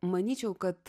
manyčiau kad